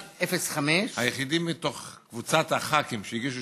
1105. היחידי מתוך קבוצת הח"כים שהגישו